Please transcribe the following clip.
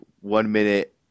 one-minute